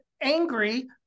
angry